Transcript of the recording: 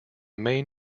main